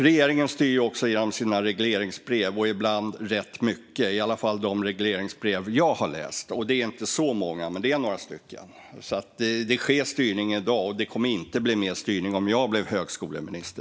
Regeringen styr också genom sina regleringsbrev - ibland rätt mycket, i alla fall i de regleringsbrev jag har läst. Det är inte så många, men det är några stycken. Det sker alltså styrning i dag. Det kommer inte att bli mer styrning om jag blir högskoleminister.